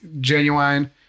genuine